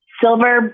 silver